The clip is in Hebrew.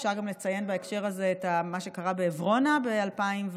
אפשר גם לציין בהקשר הזה את מה שקרה בעברונה ב-2014,